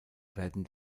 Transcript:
werden